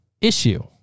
issue